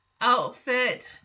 outfit